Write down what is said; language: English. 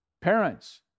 Parents